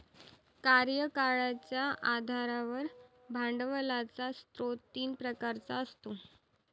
कार्यकाळाच्या आधारावर भांडवलाचा स्रोत तीन प्रकारचा असतो